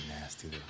nasty